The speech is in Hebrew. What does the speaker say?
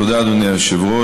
תודה, אדוני היושב-ראש.